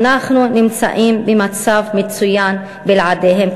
אנחנו נמצאים במצב מצוין בלעדיהם,